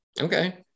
Okay